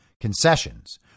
concessions